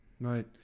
Right